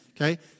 okay